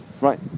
Right